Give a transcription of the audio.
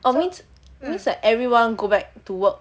orh means means like everyone go back to work